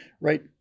right